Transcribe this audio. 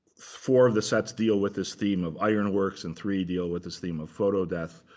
four of the sets deal with this theme of iron works. and three deal with this theme of photo death.